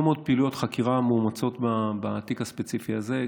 עשו הרבה מאוד פעילויות חקירה מאומצות בתיק הספציפי הזה.